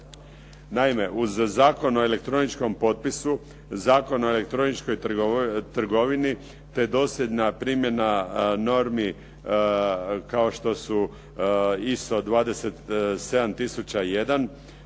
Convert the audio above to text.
Naime, uz Zakon o elektroničkom potpisu, Zakon o elektroničkoj trgovini, te dosljedna primjena normi kao što su ISO 27001